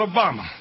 Obama